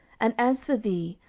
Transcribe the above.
and as for thee,